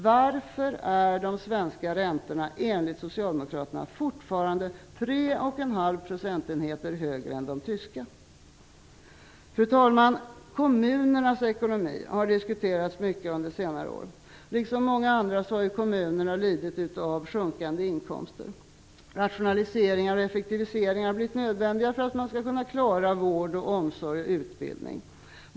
Varför är de svenska räntorna enligt Socialdemokraterna fortfarande 3,5 procentenheter högre än de tyska? Fru talman! Kommunernas ekonomi har diskuterats mycket under senare år. Liksom många andra har kommunerna lidit av sjunkande inkomster. Rationaliseringar och effektiviseringar har blivit nödvändiga för att man skall kunna klara vård, omsorg och utbildning.